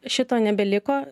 šito nebeliko